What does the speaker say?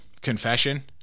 confession